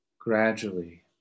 gradually